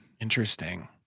Interesting